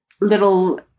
little